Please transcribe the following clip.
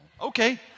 Okay